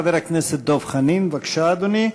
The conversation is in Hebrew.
חבר הכנסת דב חנין, בבקשה, אדוני,